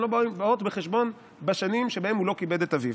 הן לא באות בחשבון בשנים שבהן הוא לא כיבד את אביו.